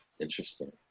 Interesting